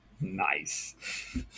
Nice